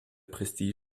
prestige